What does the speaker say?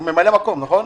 הוא ממלא מקום, נכון?